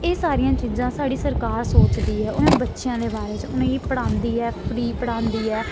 एह् सारियां चीज़ां साढ़ी सरकार सोचदी ऐ उ'नें बच्चेआं दे बारे च उ'नेंगी पढ़ांदी ऐ फ्री पढ़ांदी ऐ